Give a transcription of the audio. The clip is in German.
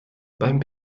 beim